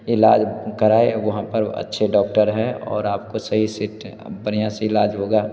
इलाज कराएं वहाँ पर अच्छे डॉक्टर हैं और आप का सही से बढ़िया से इलाज होगा